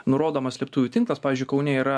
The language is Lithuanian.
nurodomas slėptuvių tinklas pavyzdžiui kaune yra